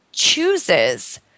chooses